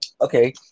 okay